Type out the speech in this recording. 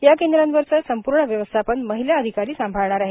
या केंद्रांवरचं संपूर्ण व्यवस्थान महिला अधिकारी सांभाळणार आहेत